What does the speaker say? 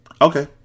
Okay